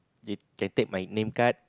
you can take my name card